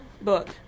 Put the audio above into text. book